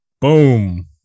Boom